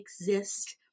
exist